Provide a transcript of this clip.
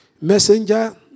Messenger